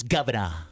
Governor